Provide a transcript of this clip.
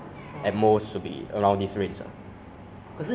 如果不可以就去普通的 infocomm technology